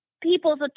people's